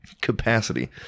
capacity